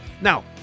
Now